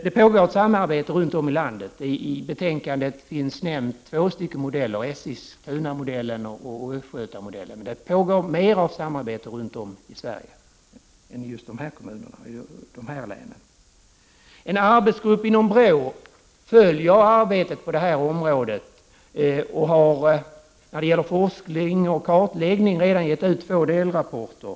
Det pågår ett samarbete runt om i landet. I betänkandet finns nämnt två stycken modeller, Eskilstunamodellen och Östgötamodellen, men det pågår mer av samarbete runt om i Sverige än i just de här områdena. En annan arbetsgrupp inom BRÅ följer arbetet på det här området och har när det gäller forskning och kartläggning redan gett ut två delrapporter.